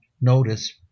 notice